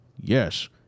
yes